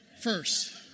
first